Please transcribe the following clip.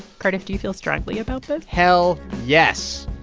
cardiff, do you feel strongly about this? hell yes.